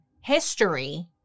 history